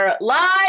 live